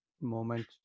moment